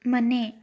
ಮನೆ